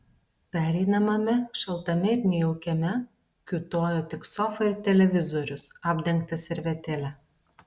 pereinamame šaltame ir nejaukiame kiūtojo tik sofa ir televizorius apdengtas servetėle